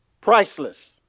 Priceless